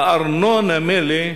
הארנונה מילא,